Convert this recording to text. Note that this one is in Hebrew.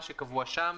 לפי מה שקבוע שם.